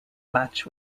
match